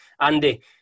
Andy